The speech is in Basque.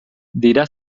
dira